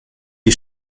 die